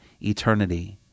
eternity